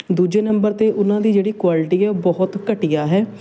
ਦੂਜੇ ਨੰਬਰ 'ਤੇ ਉਹਨਾਂ ਦੀ ਜਿਹੜੀ ਕੁਆਲਿਟੀ ਹੈ ਬਹੁਤ ਘਟੀਆ ਹੈ